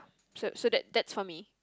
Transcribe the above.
so so that that's for me